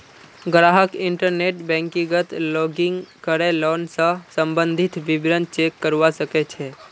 ग्राहक इंटरनेट बैंकिंगत लॉगिन करे लोन स सम्बंधित विवरण चेक करवा सके छै